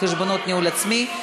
(חשבונות ניהול עצמי),